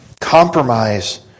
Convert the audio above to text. Compromise